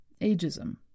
ageism